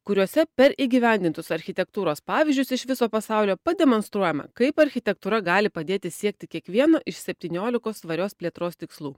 kuriuose per įgyvendintus architektūros pavyzdžius iš viso pasaulio pademonstruojama kaip architektūra gali padėti siekti kiekvieno iš septyniolikos tvarios plėtros tikslų